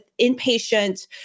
inpatient